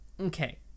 Okay